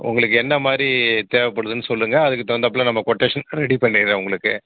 உங்களுக்கு என்ன மாதிரி தேவைபடுதுனு சொல்லுங்க அதுக்கு தகுந்தாப்பில் நம்ம கொட்டேஷன் ரெடி பண்ணிடுறேன் உங்களுக்கு